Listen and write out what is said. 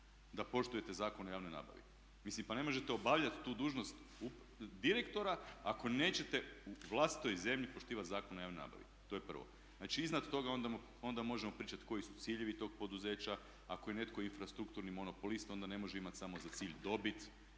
da poštujete Zakon o javnoj nabavi. Mislim pa ne možete obavljati tu dužnost direktora ako nećete u vlastitoj zemlji poštivati Zakon o javnoj nabavi. To je prvo. Znači iznad toga onda možemo pričati koji su ciljevi tog poduzeća. Ako je netko infrastrukturni monopolist onda ne može imati samo za cilj dobit